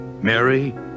Mary